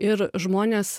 ir žmonės